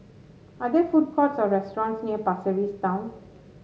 are there food courts or restaurants near Pasir Ris Town